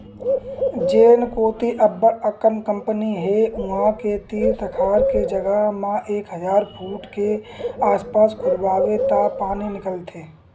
जेन कोती अब्बड़ अकन कंपनी हे उहां के तीर तखार के जघा म एक हजार फूट के आसपास खोदवाबे त पानी निकलथे